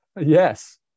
Yes